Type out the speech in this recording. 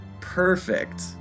Perfect